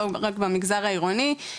לא רק במגזר העירוני,